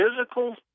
physical